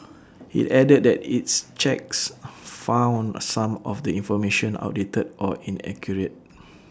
IT added that its checks found some of the information outdated or inaccurate